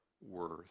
worth